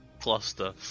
cluster